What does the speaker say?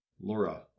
Laura